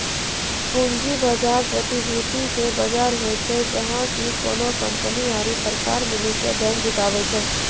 पूंजी बजार, प्रतिभूति के बजार होय छै, जहाँ की कोनो कंपनी आरु सरकार मिली के धन जुटाबै छै